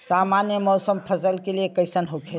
सामान्य मौसम फसल के लिए कईसन होखेला?